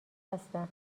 هستم